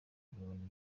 kugabanya